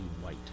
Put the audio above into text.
white